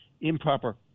improper